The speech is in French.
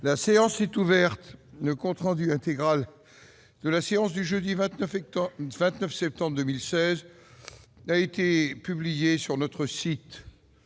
La séance est ouverte. Le compte rendu intégral de la séance du jeudi 29 septembre 2016 a été publié sur le site